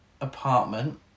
apartment